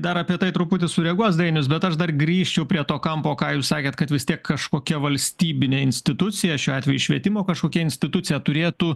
dar apie tai truputį sureaguos dainius bet aš dar grįšiu prie to kampo ką jūs sakėt kad vis tiek kažkokia valstybinė institucija šiuo atveju švietimo kažkokia institucija turėtų